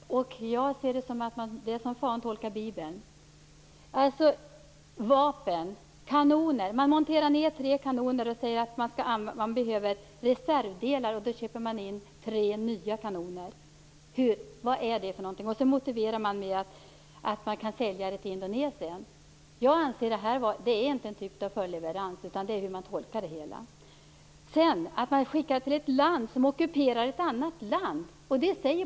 Herr talman! Jag har läst regelverket, och som jag ser det är det här som när Fan tolkar Bibeln. Man monterar alltså ned tre kanoner och säger att man behöver reservdelar, och sedan köper man in tre nya kanoner. Vad är det för någonting? Sedan får det här motivera försäljningen till Indonesien. Jag anser att det här inte är en typ av följdleverans. Det beror på hur man tolkar det hela. Dessutom skickar man alltså vapen till ett land som ockuperar ett annat land.